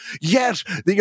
yes